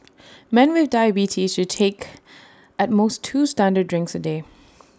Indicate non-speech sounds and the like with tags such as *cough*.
men with diabetes should take at most two standard drinks A day *noise*